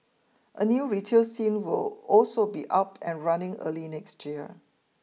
a new retail scene will also be up and running early next year